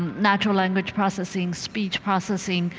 natural language processing, speech processing,